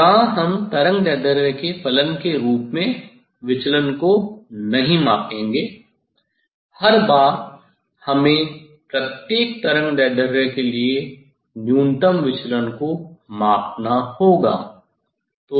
यहाँ हम तरंगदैर्ध्य के फलन के रूप में विचलन को नहीं मापेंगे हर बार हमें प्रत्येक तरंगदैर्ध्य के लिए न्यूनतम विचलन को मापना होगा तो यह अंतर है